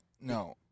No